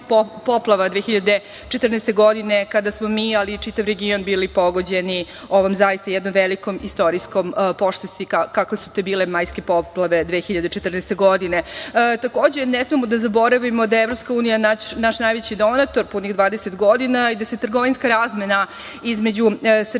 poplava 2014. godine kada smo mi, ali i čitav region, bili pogođeni ovom velikom istorijskom pošasti kakve su bile majske poplave 2014. godine. Takođe, ne smemo da zaboravimo da je EU naš najveći donator punih 20 godina i da trgovinska razmena između Srbije